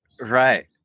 right